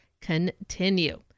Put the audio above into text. continue